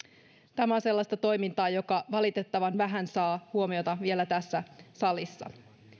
tämä on sellaista toimintaa joka valitettavan vähän saa huomiota vielä tässä salissa